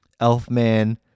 Elfman